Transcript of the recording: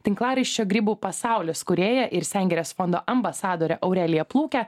tinklaraščio grybų pasaulis kūrėja ir sengirės fondo ambasadore aurelija plūke